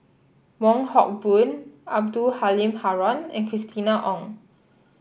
Wong Hock Boon Abdul Halim Haron and Christina Ong